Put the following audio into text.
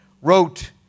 wrote